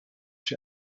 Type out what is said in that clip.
für